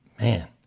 man